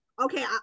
Okay